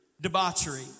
debauchery